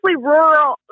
rural